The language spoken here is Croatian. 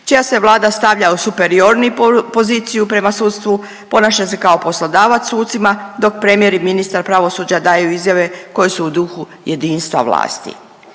čija se vlada stavlja u superiorniju poziciju prema sudstvu, ponaša se kao poslodavac sucima, dok premijer i ministar pravosuđa daju izjave koje su u duhu jedinstva vlasti.